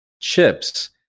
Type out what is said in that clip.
chips